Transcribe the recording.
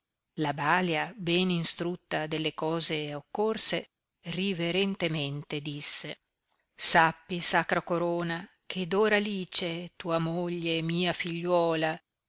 la balia ben instrutta delle cose occorse riverentemente disse sappi sacra corona che doralice tua moglie e mia figliuola